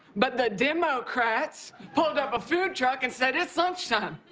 but the democrats pulled up a food truck and said it's lunchtime.